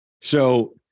So-